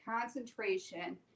concentration